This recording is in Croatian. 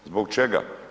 Zbog čega?